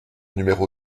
numéro